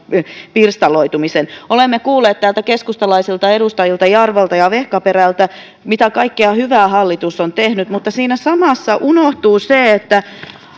pirstaloitumisen olemme kuulleet täällä keskustalaisilta edustajilta jarvalta ja vehkaperältä mitä kaikkea hyvää hallitus on tehnyt mutta siinä samassa unohtuu se että